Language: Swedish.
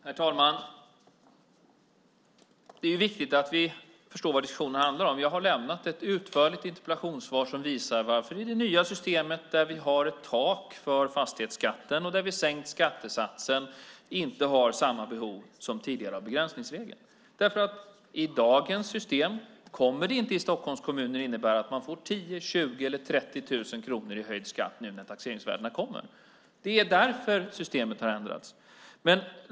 Herr talman! Det är viktigt att vi förstår vad diskussionen handlar om. Jag har lämnat ett utförligt interpellationssvar som visar varför vi i det nya systemet, där vi har ett tak för fastighetsskatten och där vi har sänkt skattesatsen, inte har samma behov som tidigare av begränsningsregeln. I dagens system kommer det inte i Stockholms kommuner att innebära att man får 10 000, 20 000 eller 30 000 kronor i höjd skatt nu när taxeringsvärdena kommer. Det är därför systemet har ändrats.